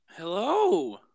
Hello